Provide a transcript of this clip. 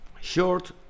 short